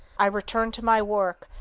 i returned to my work,